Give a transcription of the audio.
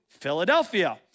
Philadelphia